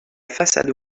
façade